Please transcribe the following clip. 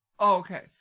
okay